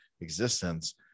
existence